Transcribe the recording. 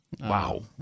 Wow